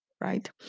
Right